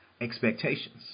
expectations